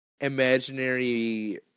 imaginary